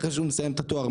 אחרי שהוא מסיים את התואר.